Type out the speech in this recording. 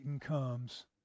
comes